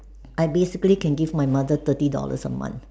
I basically can give my mother thirty dollars a month